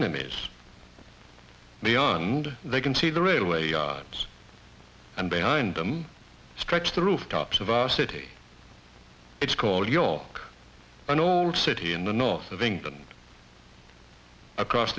enemies beyond they can see the railway lines and behind them stretch the rooftops of a city it's called your old city in the north of england across